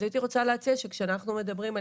אז הייתי רוצה להציע שכשאנחנו מדברים על